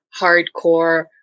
hardcore